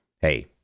Hey